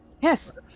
Yes